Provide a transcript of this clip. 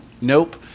nope